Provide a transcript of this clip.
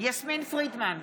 יסמין פרידמן,